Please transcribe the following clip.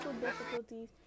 difficulties